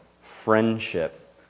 friendship